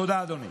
תודה, אדוני.